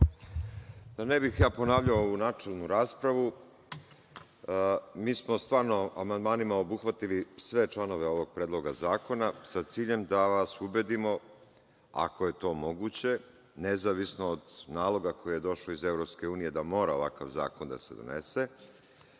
Da ne bih ponavljao načelnu raspravu, mi smo stvarno amandmanima obuhvatili sve članove ovog Predloga zakona, sa ciljem da vas ubedimo, ako je to moguće, nezavisno od naloga koji je došao iz EU da mora ovakav zakon da se donese,